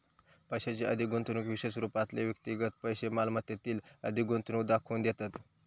पैशाची अधिक गुंतवणूक विशेष रूपातले व्यक्तिगत पैशै मालमत्तेतील अधिक गुंतवणूक दाखवून देतत